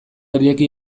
ireki